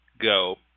go